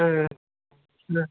ꯎꯝ ꯎꯝ